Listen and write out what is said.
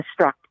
destruct